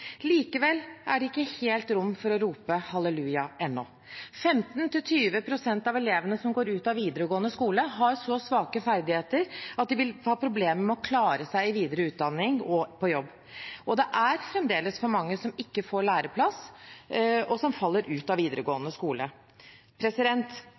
Likevel er det ikke helt rom for å rope «halleluja» ennå. 15–20 pst. av elevene som går ut av videregående skole, har så svake ferdigheter at de vil ha problemer med å klare seg i videre utdanning og på jobb. Og det er fremdeles for mange som ikke får læreplass, og som faller ut av